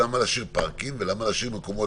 למה להשאיר פארקים ולמה להשאיר מקומות